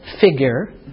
figure